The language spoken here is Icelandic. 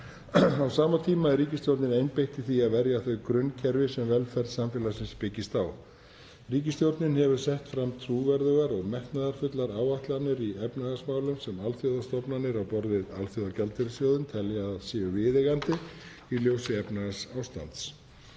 Á sama tíma er ríkisstjórnin einbeitt í því að verja þau grunnkerfi sem velferð samfélagsins byggist á. Ríkisstjórnin hefur sett fram trúverðugar og metnaðarfullar áætlanir í efnahagsmálum sem alþjóðastofnanir á borð við Alþjóðagjaldeyrissjóðinn telja að séu viðeigandi í ljósi efnahagsástands